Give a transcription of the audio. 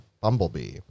bumblebee